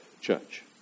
church